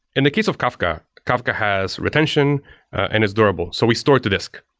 in the case of kafka, kafka has retention and is durable. so we store to disk.